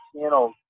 channels